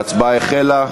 ההצבעה החלה.